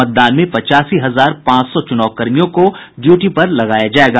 मतदान में पच्चासी हजार पांच सौ चुनाव कर्मियों को ड्यूटी पर लगाया जायेगा